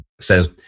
says